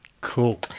Cool